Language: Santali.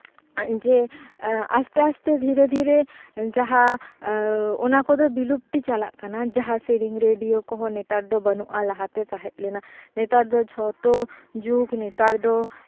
ᱡᱮ ᱟᱥᱛᱮ ᱟᱥᱛᱮ ᱫᱷᱤᱨᱮ ᱫᱷᱤᱨᱮ ᱡᱟᱦᱟᱸ ᱚᱱᱟ ᱠᱚᱫᱚ ᱵᱤᱞᱩᱯᱛᱤ ᱪᱟᱞᱟᱜ ᱠᱟᱱᱟ ᱡᱟᱦᱟᱸ ᱥᱮᱨᱮᱧ ᱨᱮᱰᱤᱭᱳ ᱠᱚᱦᱚᱸ ᱱᱮᱛᱟᱨ ᱫᱚ ᱵᱟᱹᱱᱩᱜᱼᱟ ᱞᱟᱦᱟᱛᱮ ᱛᱟᱦᱮᱸ ᱞᱮᱱᱟ ᱱᱮᱛᱟᱨ ᱫᱚ ᱡᱷᱚᱛᱚ ᱡᱩᱜᱽ ᱱᱮᱛᱟᱨ ᱫᱚ